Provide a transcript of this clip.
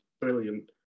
brilliant